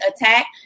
attack